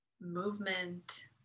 movement